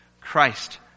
Christ